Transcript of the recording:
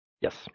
Yes